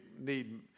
need